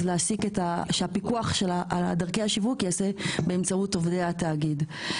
אז שהפיקוח על דרכי השיווק ייעשה באמצעות עובדי התאגיד.